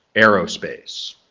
aerospace.